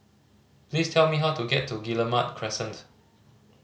please tell me how to get to Guillemard Crescent